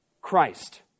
Christ